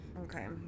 Okay